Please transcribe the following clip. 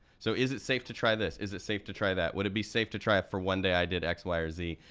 so is it safe to try this? is it safe to try that? would it be safe to try it for one day i did x, y or z?